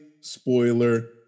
Spoiler